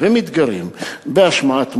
ומתגרים בהשמעת מוזיקה,